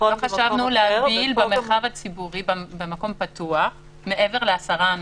חשבנו להגביל במרחב הציבורי במקום פתוח מעבר לעשרה אנשים,